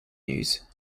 news